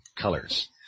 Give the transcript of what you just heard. colors